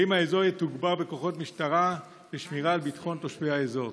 האם האזור יתוגבר בכוחות משטרה לשמירה על ביטחון תושבי האזור?